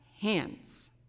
hands